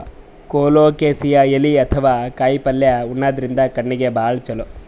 colocasia ಎಲಿ ಅಥವಾ ಕಾಯಿಪಲ್ಯ ಉಣಾದ್ರಿನ್ದ ಕಣ್ಣಿಗ್ ಭಾಳ್ ಛಲೋ